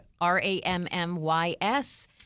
R-A-M-M-Y-S